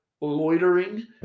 loitering